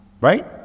right